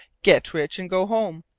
get rich and go home.